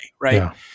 right